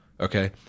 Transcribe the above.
Okay